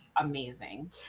amazing